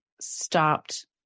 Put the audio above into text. stopped